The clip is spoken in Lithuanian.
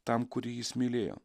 tam kurį jis mylėjo